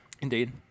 indeed